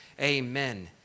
amen